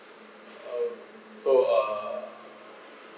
oh so uh